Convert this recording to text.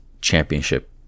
championship